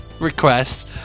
request